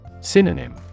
Synonym